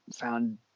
found